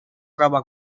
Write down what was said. troba